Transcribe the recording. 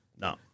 No